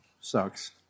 sucks